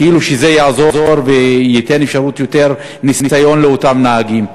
כאילו זה יעזור וייתן אפשרות ויותר ניסיון לאותם נהגים.